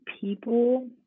people